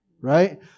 right